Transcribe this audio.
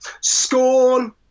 scorn